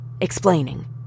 Explaining